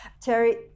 Terry